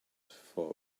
for